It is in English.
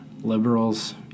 liberals